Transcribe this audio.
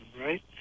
right